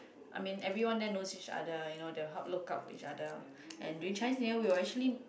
I mean everyone there knows each other you know they'll help look out for each other and during Chinese New Year we'll actually